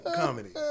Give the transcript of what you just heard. comedy